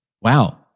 Wow